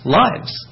lives